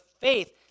faith